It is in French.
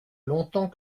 longtemps